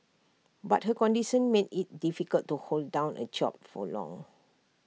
but her condition made IT difficult to hold down A job for long